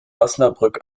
osnabrück